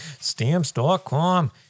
stamps.com